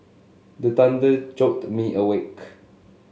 the thunder jolt me awake